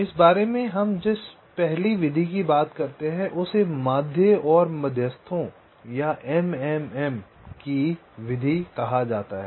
इस बारे में हम जिस पहली विधि की बात करते हैं उसे माध्य और मध्यस्थों या MMM की विधि कहा जाता है